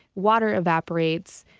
water evaporates,